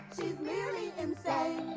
merely insane.